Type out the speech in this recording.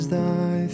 thy